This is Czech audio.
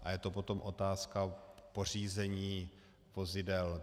A je to potom otázka pořízení vozidel.